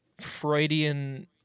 Freudian